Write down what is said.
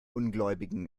ungläubigen